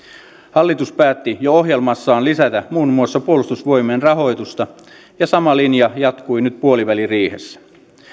hallitus päätti jo ohjelmassaan lisätä muun muassa puolustusvoimien rahoitusta ja sama linja jatkui nyt puoliväliriihessä